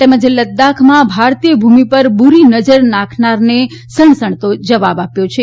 તેમજ લદ્વાખમાં ભારતીય ભૂમિ પર બુરી નજર નાખનારાને સણસણતો જવાબ મળ્યો છે